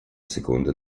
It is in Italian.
seconda